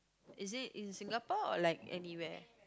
is it in Singapore or like anywhere